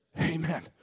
Amen